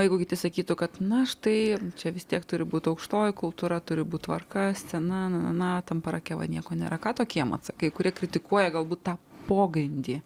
o jeigu kiti sakytų kad na štai čia vis tiek turi būt aukštoji kultūra turi būt tvarka scena na na na tam parake va nieko nėra ką tokiem atsakai kurie kritikuoja galbūt tą pogrindį